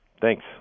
Thanks